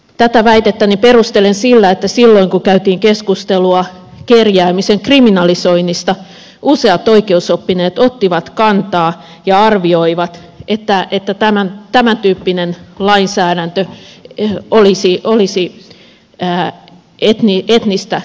tätä väitettäni perustelen sillä että silloin kun käytiin keskustelua kerjäämisen kriminalisoinnista useat oikeusoppineet ottivat kantaa ja arvioivat että tämäntyyppinen lainsäädäntö olisi etnistä syrjintää